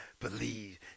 believe